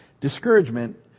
discouragement